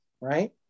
right